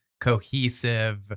cohesive